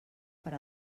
per